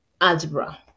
algebra